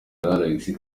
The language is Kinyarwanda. alexis